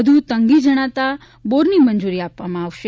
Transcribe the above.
વધુ તંગી જણાતા બોરની મંજુરી આપવામાં આવશે